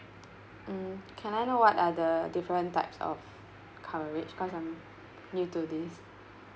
mm can I know what are the different types of coverage cause I'm new to this